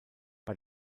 bei